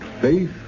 faith